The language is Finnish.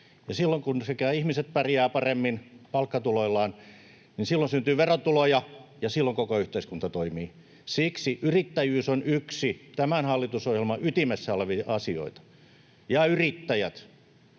silloin, kun myös ihmiset pärjäävät paremmin palkkatuloillaan, syntyy verotuloja, ja silloin koko yhteiskunta toimii. Siksi yrittäjyys on yksi tämän hallitusohjelman ytimessä olevia asioita. Ja yrittäjät,